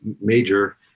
major